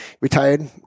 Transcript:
Retired